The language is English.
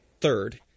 third